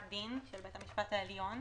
בית המשפט העליון